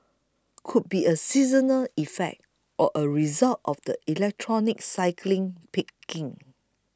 could be a seasonal effect or a result of the electronics cycling peaking